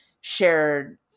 shared